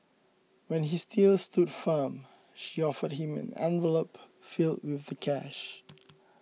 when he still stood firm she offered him an envelope filled with the cash